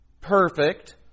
perfect